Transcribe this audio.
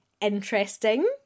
interesting